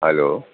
hello